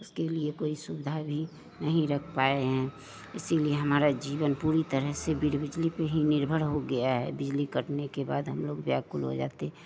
उसके लिए कोई सुविधा भी नहीं रख पाएं हैं इसलिए हमारा जीवन पूरी तरह से बिजली पे ही निर्भर हो ग्या है बिजली कटने के बाद हम लोग व्याकुल हो जाते हैं